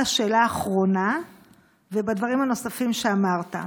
השאלה האחרונה ובדברים הנוספים שאמרת.